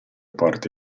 porte